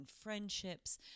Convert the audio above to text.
friendships